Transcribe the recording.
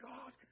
God